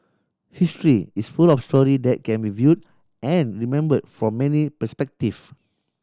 history is full of story that can be viewed and remember from many perspective